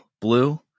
Blue